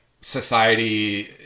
society